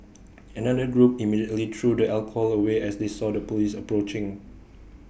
another group immediately threw the alcohol away as they saw the Police approaching